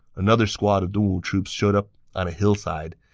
another squad of dongwu troops showed up on a hillside.